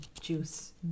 juice